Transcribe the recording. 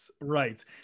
Right